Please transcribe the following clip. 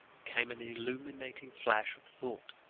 came an illuminating flash of thought.